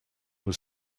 was